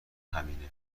همینه